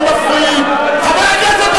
שיח'-ג'ראח.